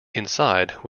inside